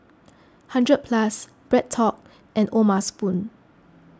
hundred Plus BreadTalk and O'ma Spoon